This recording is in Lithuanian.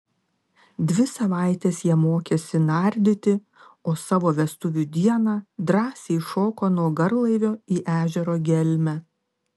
dvi savaites jie mokėsi nardyti o savo vestuvių dieną drąsiai šoko nuo garlaivio į ežero gelmę